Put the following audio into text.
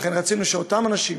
ולכן רצינו שאותם אנשים,